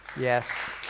Yes